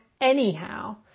anyhow